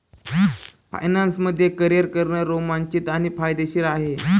finance मध्ये career करणे रोमांचित आणि फायदेशीर आहे